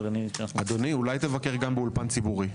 אדוני, אולי תבקר גם באולפן ציבורי.